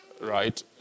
Right